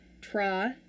Try